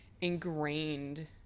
ingrained